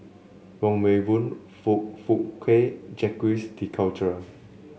Wong Meng Voon Foong Fook Kay Jacques De Coutre